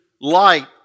light